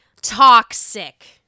Toxic